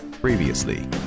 Previously